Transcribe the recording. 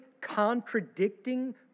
Contradicting